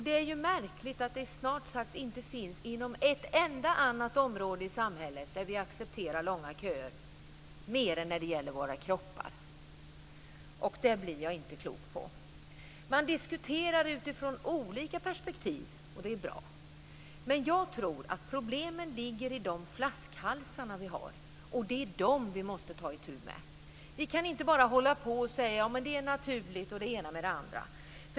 Det är märkligt att det inte finns något enda annat område i samhället där vi accepterar långa köer mer än när det gäller våra kroppar. Jag blir inte klok på det. Man diskuterar utifrån olika perspektiv, och det är bra. Men jag tror att problemen ligger i de flaskhalsar vi har. Det är dessa vi måste ta itu med. Vi kan inte bara hålla på att säga: Ja, men det är naturligt, och det ena med det andra.